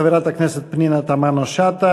חברת הכנסת פנינה תמנו-שטה,